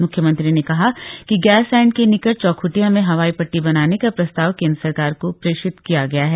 मुख्यमंत्री ने कहा कि गैरसैंण के निकट चौख्टिया में हवाई पट्टी बनाने का प्रस्ताव केंद्र सरकार को प्रेषित किया गया है